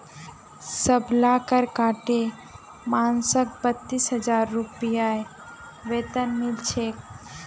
सबला कर काटे मानसक बत्तीस हजार रूपए वेतन मिल छेक